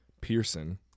Pearson